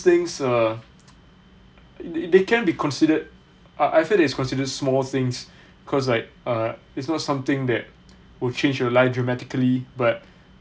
things uh they can be considered I feel that it is considered small things cause like uh it's not something that will change your life dramatically but